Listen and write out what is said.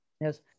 Yes